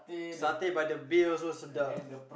satay by the bay also sedap